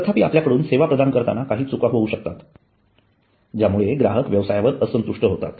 तथापि आपल्याकडून सेवा प्रदान करताना काही चुका होवू शकतात ज्यामुळे ग्राहक व्यवसायावर असंतुष्ट होतात